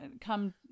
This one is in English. come